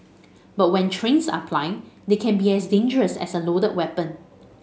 but when trains are plying they can be as dangerous as a loaded weapon